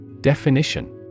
Definition